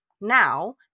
now